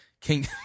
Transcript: King